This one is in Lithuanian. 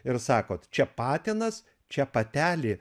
ir sakot čia patinas čia patelė